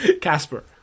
Casper